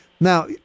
Now